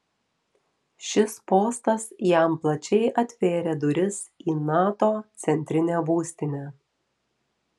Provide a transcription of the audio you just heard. šis postas jam plačiai atvėrė duris į nato centrinę būstinę